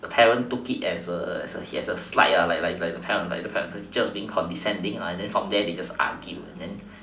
the parent took as a slight like the teacher was being condescending and then from there they just argue